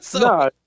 No